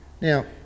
now